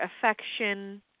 affection